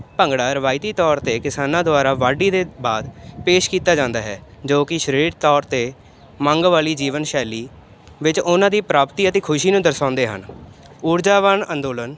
ਭੰਗੜਾ ਰਿਵਾਇਤੀ ਤੌਰ 'ਤੇ ਕਿਸਾਨਾਂ ਦੁਆਰਾ ਵਾਢੀ ਦੇ ਬਾਅਦ ਪੇਸ਼ ਕੀਤਾ ਜਾਂਦਾ ਹੈ ਜੋ ਕਿ ਸਰੀਰਿਕ ਤੌਰ 'ਤੇ ਮੰਗ ਵਾਲੀ ਜੀਵਨ ਸ਼ੈਲੀ ਵਿੱਚ ਉਹਨਾਂ ਦੀ ਪ੍ਰਾਪਤੀ ਅਤੇ ਖੁਸ਼ੀ ਨੂੰ ਦਰਸਾਉਂਦੇ ਹਨ ਉਰਜਾਵਾਨ ਅੰਦੋਲਨ